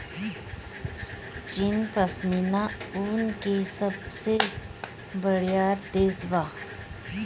चीन पश्मीना ऊन के सबसे बड़ियार देश बा